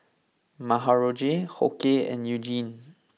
Marjorie Hoke and Eugene